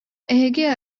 эһиги